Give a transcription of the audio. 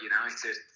United